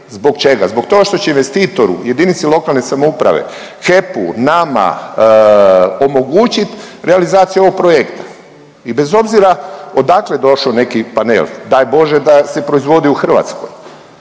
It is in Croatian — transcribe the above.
Zbog čega? Zbog toga što će investitoru jedinici lokalne samouprave, HEP-u, nama omogući realizaciju ovog projekta i bez obzira odakle došao neki panel, daj Bože da se proizvodi u Hrvatskoj,